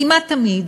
כמעט תמיד,